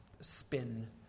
spin